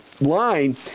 line